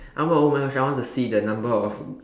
I'm uh oh my gosh I want to see the number of